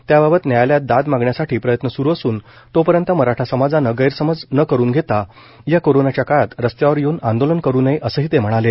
त्याबाबत न्यायालयात दाद मागण्यासाठी प्रयत्न सुरू असून तो पर्यंत मराठा समाजाने गैरसमज न करून घेता या कोरोनाच्या काळात रस्त्यावर येऊन आंदोलनं करु नये असंही ते म्हणाले